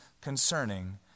concerning